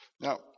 Now